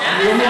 אני לא מבין